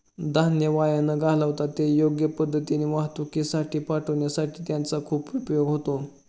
धान्य वाया न घालवता ते योग्य पद्धतीने वाहतुकीसाठी पाठविण्यासाठी त्याचा खूप उपयोग होतो